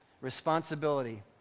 responsibility